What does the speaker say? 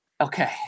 Okay